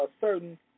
certain